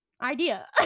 idea